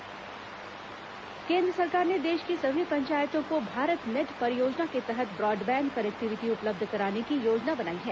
लोकसभा ग्राम पंचायत केन्द्र सरकार ने देश की सभी पंचायतों को भारतनेट परियोजना के तहत ब्रॉडबैंड कनेक्टिविटी उपलब्ध कराने की योजना बनाई है